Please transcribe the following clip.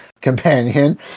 companion